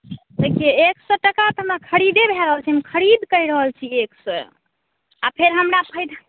देखिये एक सए टका तऽ हमरा खरीदे भी रहल छै खरीद कए रहल छी एक सए आ फेर हमरा फेर